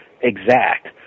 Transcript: exact